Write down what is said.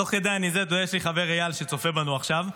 תוך כדי, יש לי חבר, אייל, שצופה בנו עכשיו.